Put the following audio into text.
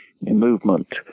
movement